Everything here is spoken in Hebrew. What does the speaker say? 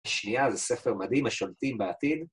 השנייה זה ספר מדהים, השולטים בעתיד